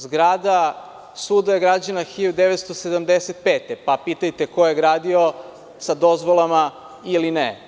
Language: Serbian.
Zgrada suda je građana 1975. godine, pa pitajte ko je gradio sa dozvolama ili ne.